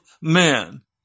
man